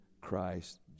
christ